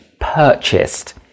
purchased